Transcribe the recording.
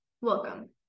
Welcome